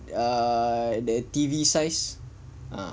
err the T_V size